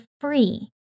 free